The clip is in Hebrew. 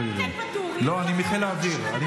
ואטורי יוביל את חיל הים?